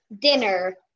dinner